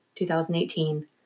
2018